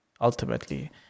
ultimately